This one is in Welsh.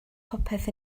popeth